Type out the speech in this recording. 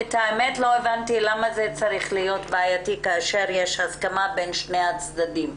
לא הבנתי למה זה צריך להיות בעייתי כאשר יש הסכמה בין שני הצדדים.